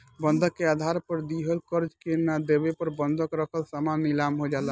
बंधक के आधार पर दिहल कर्जा के ना देवे पर बंधक रखल सामान नीलाम हो जाला